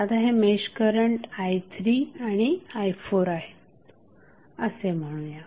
आता हे mesh current i3 आणि i4 आहेत असे म्हणू या